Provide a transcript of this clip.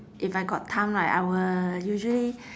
if I got time right I will usually